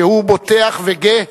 כשהוא בוטח וגא,